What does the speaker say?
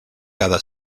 cara